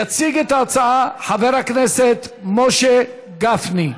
יציג את ההצעה חבר הכנסת משה גפני.